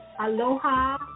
aloha